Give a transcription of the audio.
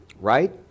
right